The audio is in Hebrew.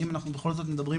אם אנחנו בכל זאת מדברים,